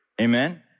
Amen